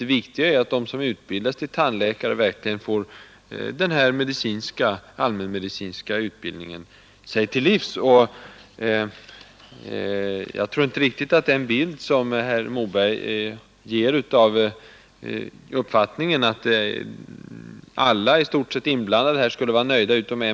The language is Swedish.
Det viktiga är att de som utbildas till tandläkare verkligen får tillgodogöra sig en allmänmedicinsk utbildning. Jag tror inte att det är riktigt när statsrådet Moberg säger att i stort sett alla de inblandade utom en enda skulle vara nöjda.